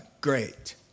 great